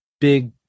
big